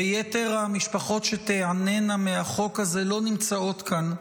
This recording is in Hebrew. ויתר המשפחות שתיהנינה מהחוק הזה לא נמצאות כאן,